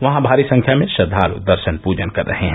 वहां भारी संख्या में श्रद्वाल् दर्षन पूजन कर रहे हैं